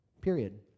period